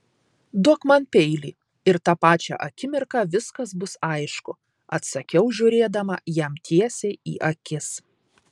duok man peilį ir tą pačią akimirką viskas bus aišku atsakiau žiūrėdama jam tiesiai į akis